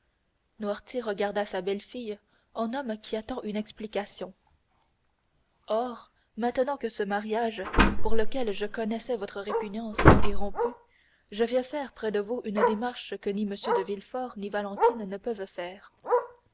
noirtier regarda sa belle-fille en homme qui attend une explication or maintenant que ce mariage pour lequel je connaissais votre répugnance est rompu je viens faire près de vous une démarche que ni m de villefort ni valentine ne peuvent faire